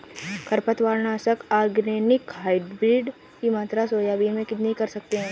खरपतवार नाशक organic hybrid की मात्रा सोयाबीन में कितनी कर सकते हैं?